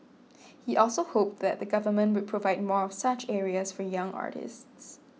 he also hoped that the government would provide more of such areas for young artists